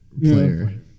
player